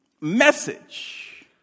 message